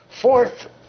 Fourth